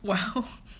well